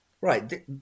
right